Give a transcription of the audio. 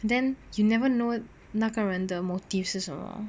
then you never know 那个人的 motives 是什么